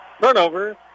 turnover